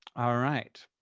ah right.